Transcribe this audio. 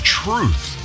truth